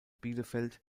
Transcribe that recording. bielefeld